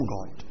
God